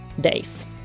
days